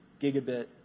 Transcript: gigabit